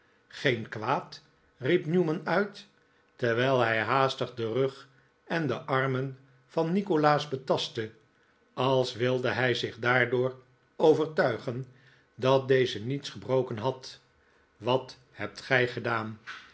geen kwaad riep newman uit terwijl hij haastig den rug en de armen van nikolaas betastte als wilde hij zich daardoor overtuigen dat deze niets gebroken had wat hebt gij gedaan